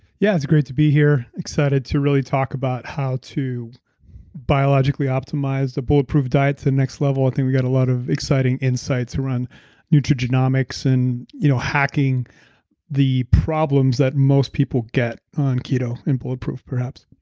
yeah, it's great to be here. excited to really talk about how to biologically optimize the bulletproof diet to the next level. i think we've got a lot of exciting insights around nutrigenomics and you know hacking the problems that most people get on keto in bulletproof perhaps.